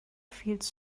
feels